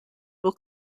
will